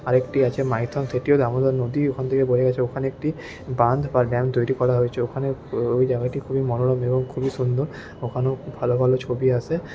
আরেকটি আছে মাইথন সেটিও দামোদর নদী ওখান থেকে বয়ে গেছে ওখানে একটি বাঁধ বা ড্যাম তৈরি করা হয়েছে ওখানে তো ওই জায়গাটি খুবই মনোরম এবং খুবই সুন্দর ওখানেও ভালো ভালো ছবি আসে